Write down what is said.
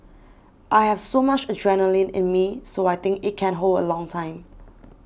I have so much adrenaline in me so I think it can hold a long time